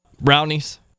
Brownies